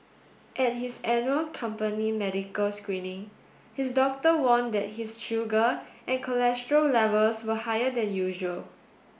at his annual company medical screening his doctor warned that his sugar and cholesterol levels were higher than usual